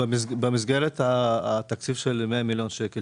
במסגרת תקציב של 100 מיליון שקל